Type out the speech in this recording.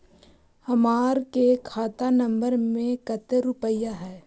हमार के खाता नंबर में कते रूपैया है?